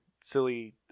silly